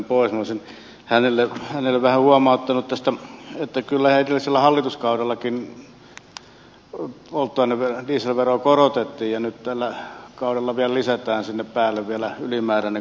minä olisin hänelle vähän huomauttanut tästä että kyllä edellisellä hallituskaudellakin dieselveroa korotettiin ja nyt tällä kaudella vielä lisätään sinne päälle vielä ylimääräinen korotus